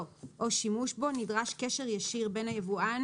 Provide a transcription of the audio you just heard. או שימוש בו נדרש קשר ישיר בין היבואן"